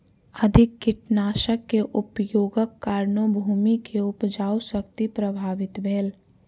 अधिक कीटनाशक के उपयोगक कारणेँ भूमि के उपजाऊ शक्ति प्रभावित भेल